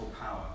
power